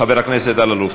חבר הכנסת אלאלוף,